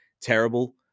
terrible